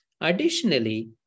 Additionally